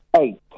Eight